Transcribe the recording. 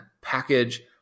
package